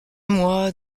mois